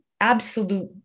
absolute